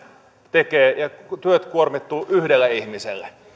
tekee ja työt kuormittuvat yhdelle ihmiselle